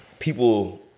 People